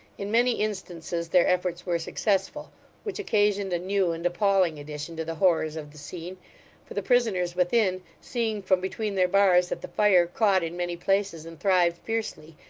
in many instances their efforts were successful which occasioned a new and appalling addition to the horrors of the scene for the prisoners within, seeing from between their bars that the fire caught in many places and thrived fiercely,